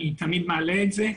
אני תמיד מעלה את זה,